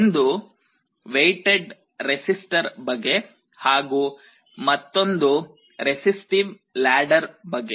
ಒಂದು weighted resistor ಬಗೆ ಹಾಗೂ ಮತ್ತೊಂದು ರೆಸಿಸ್ಟಿವ್ ಲಾಡರ್ ಬಗೆ